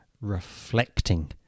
reflecting